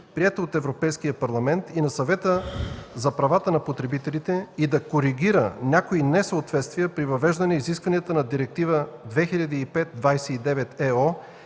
на Европейския парламент и на Съвета за правата на потребителите и да коригира някои несъответствия при въвеждане изискванията на Директива 2005/29/ЕО